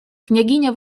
княгиня